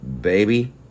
Baby